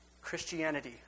Christianity